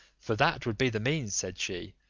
for that would be the means, said she,